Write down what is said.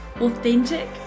authentic